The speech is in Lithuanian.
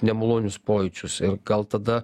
nemalonius pojūčius ir gal tada